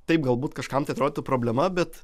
taip galbūt kažkam tai atrodytų problema bet